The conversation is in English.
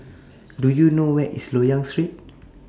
Do YOU know Where IS Loyang Street